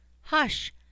Hush